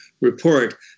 report